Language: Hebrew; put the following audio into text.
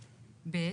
ב'.